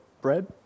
bread